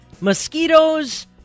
mosquitoes